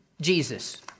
Jesus